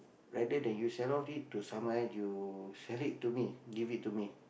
rather than you sell off it to someone else you sell it to me give it to me